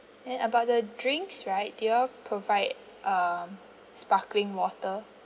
and about the drinks right do y'all provide uh sparkling water